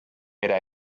era